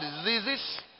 diseases